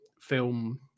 film